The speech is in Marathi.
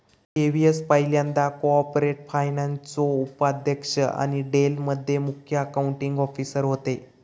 डेव्हिस पयल्यांदा कॉर्पोरेट फायनान्सचो उपाध्यक्ष आणि डेल मध्ये मुख्य अकाउंटींग ऑफिसर होते